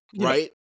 right